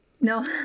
no